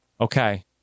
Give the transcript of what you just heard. okay